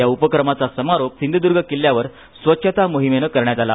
या उपक्रमाचा समारोप आज सिंधुदुर्ग किल्ल्यावर स्वच्छता मोहिमेन करण्यात आला